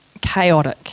chaotic